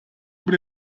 über